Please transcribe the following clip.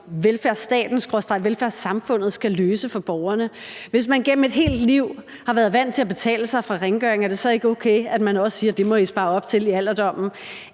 velfærdsstaten – skråstreg – velfærdssamfundet skal løse for borgerne. Er det, hvis nogen gennem et helt liv har været vant til at betale sig fra rengøringen, så ikke okay, at man også siger, at det må de spare op til i alderdommen?